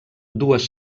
dues